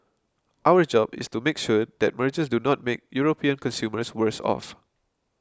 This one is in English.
our job is to make sure that mergers do not make European consumers worse off